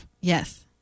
Yes